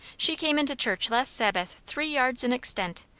she came into church last sabbath three yards in extent,